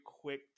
quick